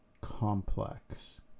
complex